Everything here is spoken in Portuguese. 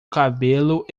cabelo